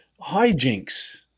hijinks